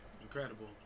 incredible